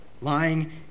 lying